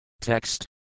TEXT